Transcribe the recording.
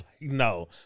no